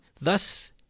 Thus